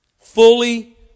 Fully